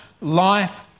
life